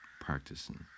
practicing